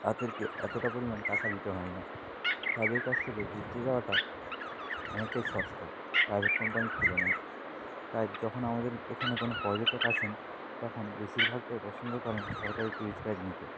তাদেরকে এতটা পরিমাণ টাকা দিতে হয় না তাদের কাছ থেকে ঘুরতে যাওয়াটা অনেকটাই সস্তা প্রাইভেট কম্পানির তুলনায় তাই যখন আমাদের এখানে কোনও পর্যটক আসেন তখন বেশিরভাগটাই পছন্দ করেন সরকারি ট্যুরিস্ট গাইড নিতে